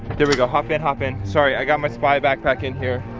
there we go, hop in, hop in. sorry i got my spy backpack in here.